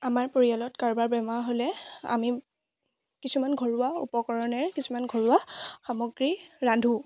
আমাৰ পৰিয়ালত কাৰোবাৰ বেমাৰ হ'লে আমি কিছুমান ঘৰুৱা উপকৰণেৰে কিছুমান ঘৰুৱা সামগ্ৰী ৰান্ধোঁ